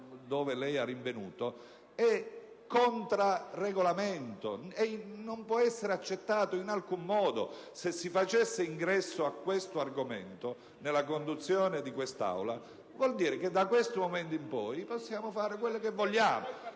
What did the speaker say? dove abbia rinvenuto - è *contra* Regolamento e non può essere accettato in alcun modo. Far fare ingresso a questo argomento nella conduzione dell'Aula vuol dire che da questo momento in poi possiamo fare quello che vogliamo: